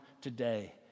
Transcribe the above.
today